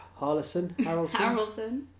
Harrelson